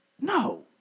No